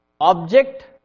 object